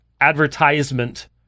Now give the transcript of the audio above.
advertisement